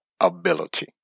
ability